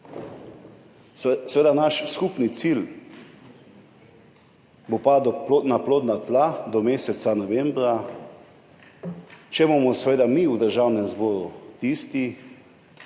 povedati. Naš skupni cilj bo padel na plodna tla do meseca novembra, če bomo seveda mi v Državnem zboru tisti,